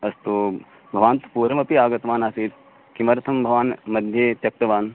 अस्तु भवान् पूर्वमपि आगतवानासीत् किमर्थं भवान्मध्ये त्यक्तवान्